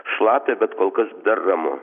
šlapia bet kol kas dar ramu